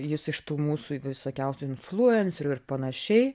jis iš tų mūsų visokiausių influencerių ir panašiai